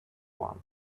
one